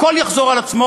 הכול יחזור על עצמו,